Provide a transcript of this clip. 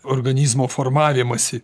organizmo formavimąsi